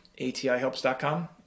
atihelps.com